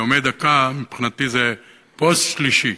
נאומי דקה מבחינתי זה פוסט שלישי.